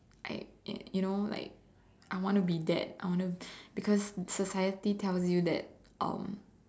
I and you know like I want to be that I want to because society tells you that um